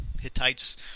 Hittites